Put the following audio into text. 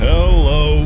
Hello